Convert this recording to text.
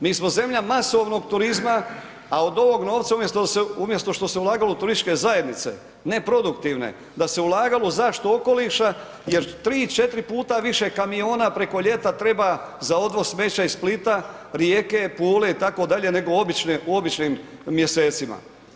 Mi smo zemlja masovnog turizma, a od ovog novca, umjesto što se ulagalo u turističke zajednice neproduktivne, da se ulagalo u zaštitu okoliša jer 3-4 puta više kamiona preko ljeta treba za odvoz smeća iz Splita, Rijeke, Pule itd. nego u običnim mjesecima.